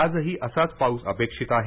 आजही असाच पाऊस अपेक्षित आहे